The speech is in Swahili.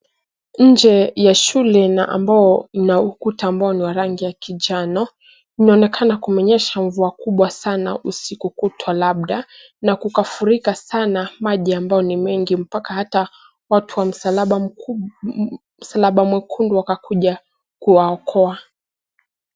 Nje ya shule na ambao mna ukuta ambao ni wa rangi ya kijano, inaonekana kumenyesha mvua kubwa sana usiku kutwa labda, na kukafurika sana maji ambayo ni mengi mpaka hata watu wa msalaba mku msalaba mwekundu wakakuja kuwaokoa.